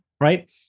Right